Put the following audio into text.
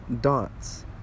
dots